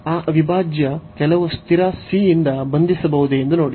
ಆ ಅವಿಭಾಜ್ಯ ಕೆಲವು ಸ್ಥಿರ c ಯಿಂದ ಬಂಧಿಸಬಹುದೇ ಎಂದು ನೋಡಿ